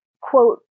quote